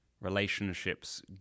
relationships